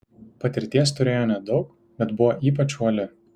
patirties turėjo nedaug bet buvo ypač uoli